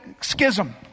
Schism